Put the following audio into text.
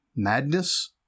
Madness